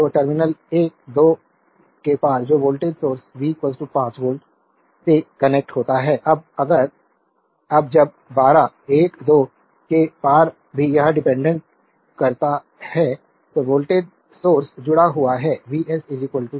तो टर्मिनल 1 2 के पार जो वोल्टेज सोर्स V 5 वोल्ट से कनेक्ट होता है अब जब 1 2 के पार भी यह डिपेंडेंट करता है तो वोल्टेज सोर्स जुड़ा हुआ है V s 4 वी